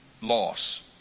loss